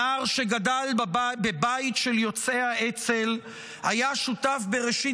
הנער שגדל בבית של יוצאי האצ"ל היה שותף בראשית